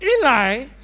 Eli